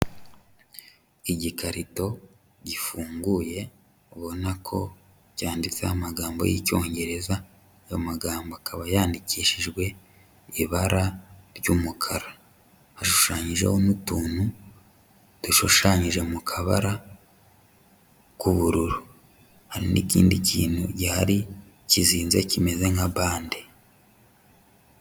Igikarito gifunguye ubona ko cyanditseho amagambo y'icyongereza, ayo magambo akaba yandikishijwe ibara ry'umukara. Hashushanyijeho n'utuntu dushushanyije mu kabara k'ubururu, hari n'ikindi kintu gihari kizinze kimeze nka bande.